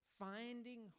finding